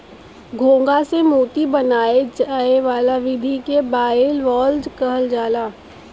घोंघा से मोती बनाये जाए वाला विधि के बाइवाल्वज कहल जाला